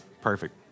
perfect